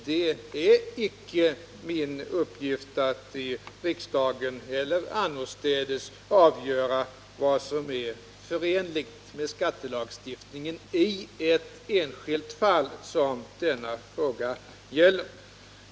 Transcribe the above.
Det är icke min uppgift att i riksdagen eller annorstädes avgöra vad som är förenligt med skattelagstiftningen i ett enskilt fall som denna fråga gäller.